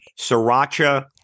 sriracha